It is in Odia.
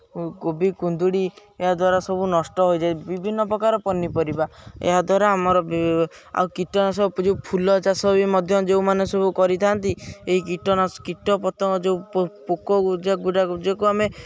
କୋବି କୁନ୍ଦୁଡ଼ି ଏହାଦ୍ଵାରା ସବୁ ନଷ୍ଟ ହୋଇଯାଏ ବିଭିନ୍ନପ୍ରକାର ପନିପରିବା ଏହାଦ୍ଵାରା ଆମର ଆଉ କୀଟନାଶକ ଯେଉଁ ଫୁଲ ଚାଷ ବି ମଧ୍ୟ ଯେଉଁମାନେ ସବୁ କରିଥାନ୍ତି ଏହି କୀଟନାଶକ କୀଟପତଙ୍ଗ ଯେଉଁ ପୋକ ଗୁଡ଼ାକୁ ଆମେ